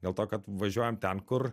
dėl to kad važiuojam ten kur